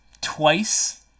twice